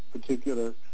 particular